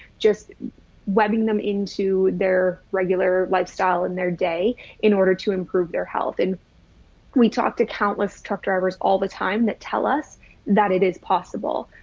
just webbing them into their regular lifestyle and their day in order to improve their health. and we talked to countless truck drivers all the time that tell us that it is possible.